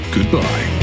Goodbye